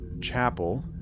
Chapel